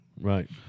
right